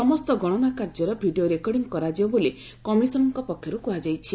ସମସ୍ତ ଗଣନା କାର୍ଯ୍ୟର ଭିଡ଼ିଓ ରେକର୍ଡିଂ କରାଯିବ ବୋଲି କମିଶନଙ୍କ ପକ୍ଷରୁ କୁହାଯାଇଛି